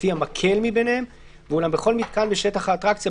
לפי המקל מביניהם ואולם בכל מתקן בשטח האטרקציה,